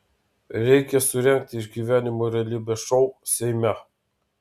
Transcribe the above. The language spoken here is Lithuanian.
reikia surengti išgyvenimo realybės šou seime